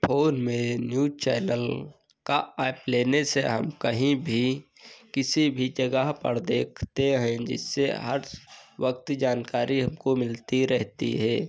phone में news channel का app लेने से हम कहीं भी किसी भी जगह पर देखते हैं जिससे हर वक्त जानकारी हमको मिलती रहती हे